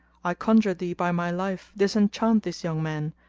i conjure thee, by my life, disenchant this young man,